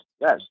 yes